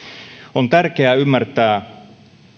on tärkeää ymmärtää